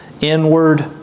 inward